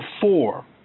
four